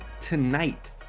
tonight